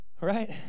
right